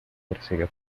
persigue